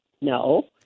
No